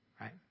right